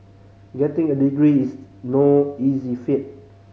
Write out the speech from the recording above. getting a degree is no easy feat